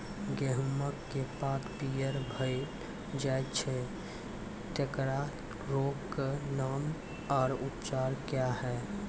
गेहूँमक पात पीअर भअ जायत छै, तेकरा रोगऽक नाम आ उपचार क्या है?